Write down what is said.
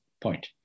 point